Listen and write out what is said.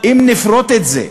אם נפרוט את זה,